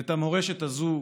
ואת המורשת הזאת,